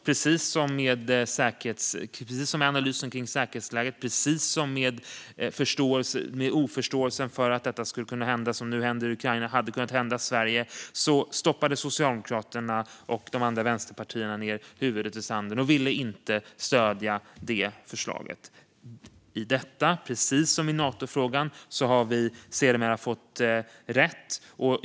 Precis som med analysen av säkerhetsläget - det var samma oförståelse för att det som nu händer i Ukraina skulle kunna hända Sverige - stoppade Socialdemokraterna och de andra vänsterpartierna huvudet i sanden och ville inte stödja det förslaget. Men vi har sedermera fått rätt i den här frågan, precis som med Natofrågan.